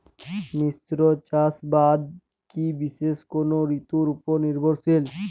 মিশ্র চাষাবাদ কি বিশেষ কোনো ঋতুর ওপর নির্ভরশীল?